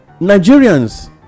nigerians